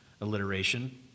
alliteration